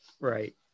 Right